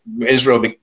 Israel